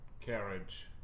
carriage